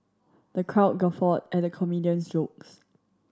the crowd guffawed at the comedian's jokes